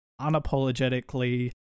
unapologetically